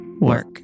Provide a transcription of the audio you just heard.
Work